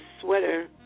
sweater